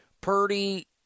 Purdy